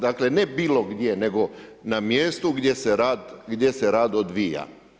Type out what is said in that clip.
Dakle, ne bilo gdje, nego na mjestu gdje se rad odvija.